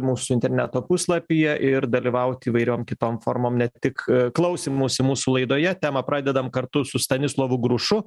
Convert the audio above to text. mūsų interneto puslapyje ir dalyvauti įvairiom kitom formom ne tik klausymusi mūsų laidoje temą pradedam kartu su stanislovu grušu